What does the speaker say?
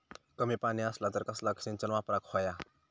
कमी पाणी असला तर कसला सिंचन वापराक होया?